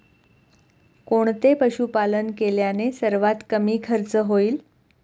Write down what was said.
कोणते पशुपालन केल्याने सर्वात कमी खर्च होईल?